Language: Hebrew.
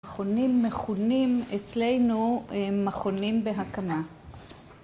מכונים מכונים, אצלנו מכונים בהקמה